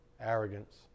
arrogance